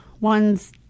ones